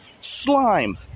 Slime